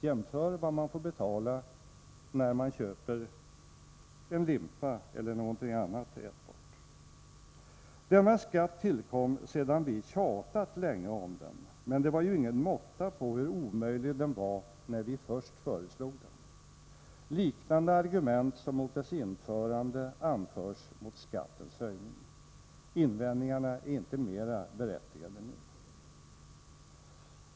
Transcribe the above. Jämför med vad man får betala i moms när man köper en limpa eller någonting annat ätbart! Omsättningsskatten på aktiehandeln tillkom sedan vi tjatat länge om den, men det var ingen måtta på hur omöjlig den var när vi först föreslog den. Argument liknande dem som anfördes mot dess införande anförs i dag mot skattens höjning. Invändningarna är inte mera berättigade nu.